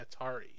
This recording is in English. Atari